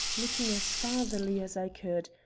looking as fatherly as i could,